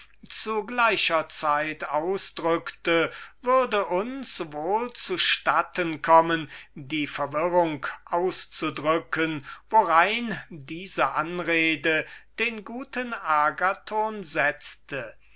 zu gleicher zeit ausdrückte würde uns wohl zustatten kommen die verwirrung auszudrücken worein diese anrede den guten agathon setzte